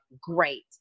great